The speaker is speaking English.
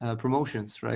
ah promotions.